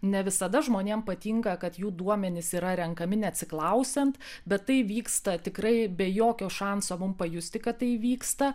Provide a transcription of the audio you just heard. ne visada žmonėms patinka kad jų duomenys yra renkami neatsiklausiant bet tai vyksta tikrai be jokio šanso mum pajusti kad tai vyksta